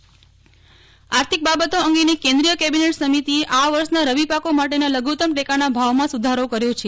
નેફ્લ ઠક્કર રવિપાક આર્થિક બાબતો અંગેની કેન્દ્રિય કેબિનેટ સમિતિએ આ વર્ષના રવિપાકો માટેના લઘુત્તમ ટેકાના ભાવમાં સુધારો કર્યો છે